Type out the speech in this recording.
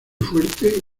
fuerte